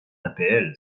d’apl